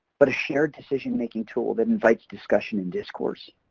but a shared decision-making tool that invites discussion and discourse.